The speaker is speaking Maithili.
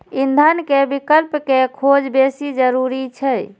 ईंधन के विकल्प के खोज बेसी जरूरी छै